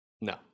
no